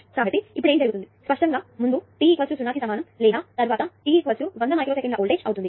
కాబట్టి ఇప్పుడు ఏమి జరుగుతుంది స్పష్టంగా ముందు t 0 కి సమానం లేదా తర్వాత t 100 మైక్రో సెకన్ల వోల్టేజ్ అవుతుంది